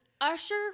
Usher